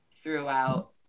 throughout